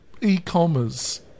e-commerce